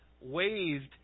waived